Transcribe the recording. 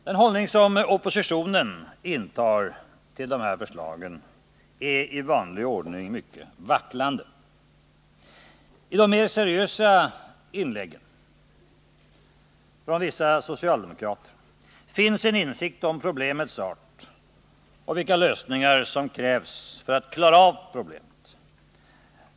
Den hållning som oppositionen intar till dessa förslag är i vanlig ordning mycket vacklande. I de mer seriösa inläggen från vissa socialdemokrater finns en insikt om problemens art och vilka lösningar som krävs för att vi skall kunna klara av problemen.